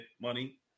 money